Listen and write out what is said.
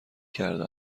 کرده